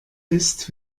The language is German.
ist